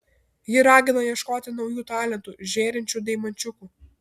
ji ragina ieškoti naujų talentų žėrinčių deimančiukų